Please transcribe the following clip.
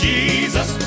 Jesus